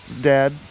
dad